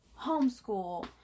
homeschool